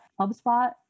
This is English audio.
HubSpot